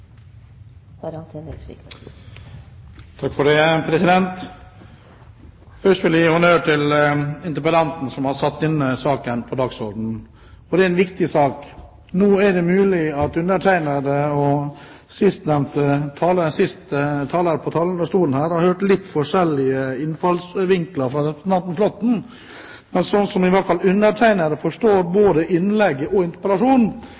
har satt denne saken på dagsordenen, for det er en viktig sak. Det er mulig at undertegnede og forrige taler på talerstolen har oppfattet representanten Flåtten litt forskjellig når det gjelder innfallsvinkler, men slik som i hvert fall undertegnede forstår både innlegget og interpellasjonen,